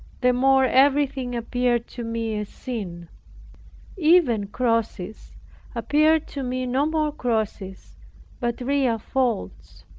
the more everything appeared to me a sin even crosses appeared to me no more crosses but real faults.